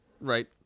right